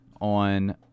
on